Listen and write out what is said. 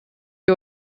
die